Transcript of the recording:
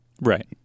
right